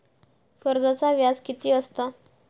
कर्जाचा व्याज कीती असता?